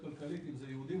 אם זה היה נכון,